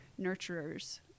nurturers